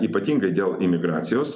ypatingai dėl imigracijos